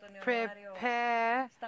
prepare